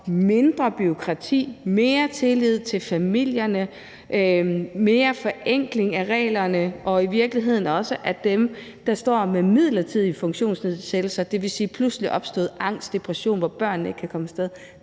mindre bureaukrati, mere tillid til familierne, mere forenkling af reglerne og i virkeligheden også, at dem, der står med midlertidig funktionsnedsættelse; det vil sige, at man ved pludseligt opstået angst, depression, hvor børn ikke kan komme af sted,